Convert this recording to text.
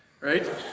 right